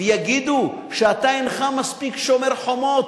ויגידו שאתה אינך מספיק שומר חומות.